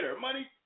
Money